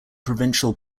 provincial